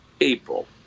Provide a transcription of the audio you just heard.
april